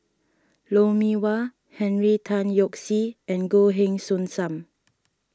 Lou Mee Wah Henry Tan Yoke See and Goh Heng Soon Sam